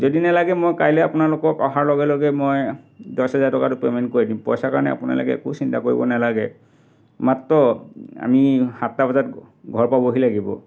যদি নেলাগে মই কাইলৈ আপোনালোকক অহাৰ লগে লগে মই দহ হাজাৰ টকাটো পে'মেণ্ট কৰি দিম পইচাৰ কাৰণে আপোনালোকে একো চিন্তা কৰিব নালাগে মাত্ৰ আমি সাতটা বজাত ঘৰ পাবহি লাগিব